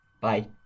bye